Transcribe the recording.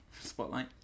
Spotlight